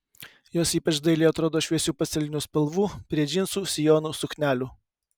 jos ypač dailiai atrodo šviesių pastelinių spalvų prie džinsų sijonų suknelių